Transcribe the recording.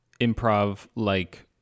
improv-like